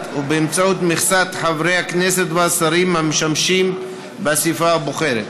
ובאמצעות מכסת חברי הכנסת והשרים המשמשים באספה הבוחרת,